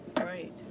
Right